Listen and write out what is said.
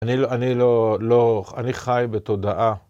אני לא, לא, אני חי בתודעה.